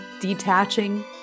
detaching